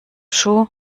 schuh